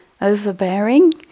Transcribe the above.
overbearing